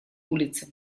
улице